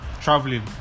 traveling